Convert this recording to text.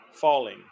falling